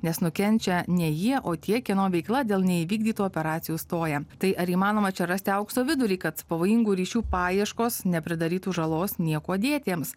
nes nukenčia ne jie o tie kieno veikla dėl neįvykdytų operacijų stoja tai ar įmanoma čia rasti aukso vidurį kad pavojingų ryšių paieškos nepridarytų žalos niekuo dėtiems